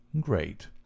Great